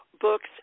books